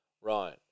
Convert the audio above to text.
Right